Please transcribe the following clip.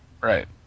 Right